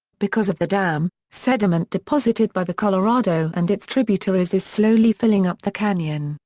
because of the dam, sediment deposited by the colorado and its tributaries is slowly filling up the canyon,